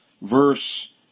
verse